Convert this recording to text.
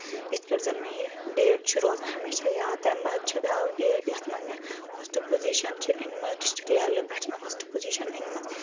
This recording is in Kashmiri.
یِتھ کٲٹھۍ زَن مےٚ یہِ ڈیٹ چھُ روزان ہمیشہ یاد تَمہِ باد چھُ بیاکھ ڈیٹ یَتھ منٛز مےٚ فٔسٹہٕ پوزِشن چھِ أنمٕژ ڈِسٹرک لیولہِ پؠٹھ چھِ مےٚ فٔسٹہٕ پوزِشن أنمٕژ